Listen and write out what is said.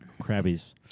Crabbies